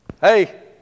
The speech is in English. hey